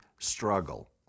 struggle